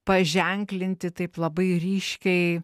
paženklinti taip labai ryškiai